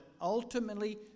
ultimately